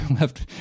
left